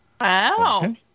Wow